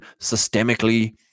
systemically